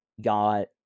got